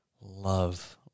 love –